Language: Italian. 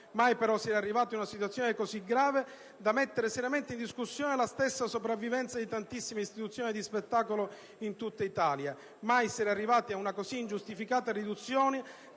Mai però si era arrivati ad una situazione così grave da mettere seriamente in discussione la stessa sopravvivenza di tantissime istituzioni di spettacolo in tutta Italia. Mai si era arrivati ad una così ingiustificata riduzione